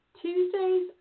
Tuesdays